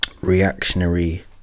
reactionary